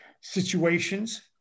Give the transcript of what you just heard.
situations